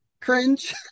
cringe